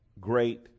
great